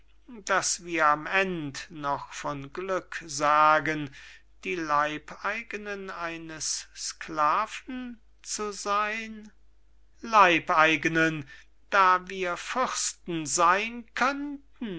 daß wir am end noch von glück sagen die leibeigenen eines sklaven zu seyn leibeigene da wir fürsten seyn könnten